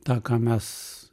tą ką mes